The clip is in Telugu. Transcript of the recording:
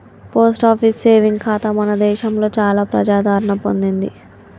పోస్ట్ ఆఫీస్ సేవింగ్ ఖాతా మన దేశంలో చాలా ప్రజాదరణ పొందింది